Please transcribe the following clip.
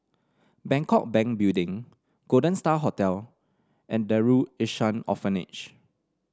Bangkok Bank Building Golden Star Hotel and Darul Ihsan Orphanage